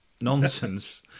nonsense